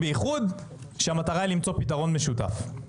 בייחוד כשהמטרה היא למצוא פתרון משותף.